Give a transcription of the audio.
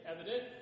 evident